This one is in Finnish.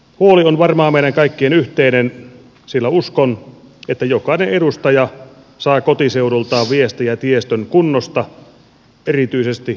huoli on varmaan meidän kaikkien yhteinen sillä uskon että jokainen edustaja saa kotiseudultaan viestiä tiestön kunnosta erityisesti kelirikkoaikana